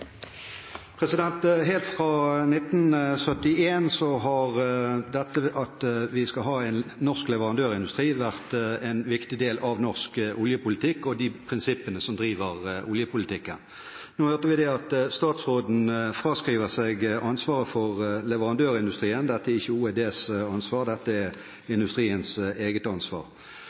Helt siden 1971 har dette at vi skal ha en norsk leverandørindustri, vært en viktig del av norsk oljepolitikk og de prinsippene som driver oljepolitikken. Nå hørte vi at statsråden fraskriver seg ansvaret for leverandørindustrien – dette er ikke OEDs ansvar, dette er